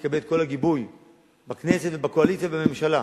תקבל את כל הגיבוי בכנסת ובקואליציה ובממשלה,